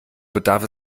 bedarf